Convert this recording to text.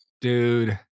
Dude